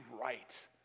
right